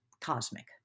cosmic